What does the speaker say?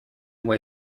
way